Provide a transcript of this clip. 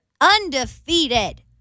undefeated